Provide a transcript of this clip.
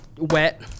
Wet